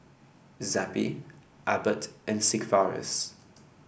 Zappy Abbott and Sigvaris